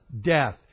death